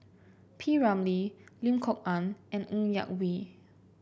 P Ramlee Lim Kok Ann and Ng Yak Whee